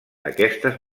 aquestes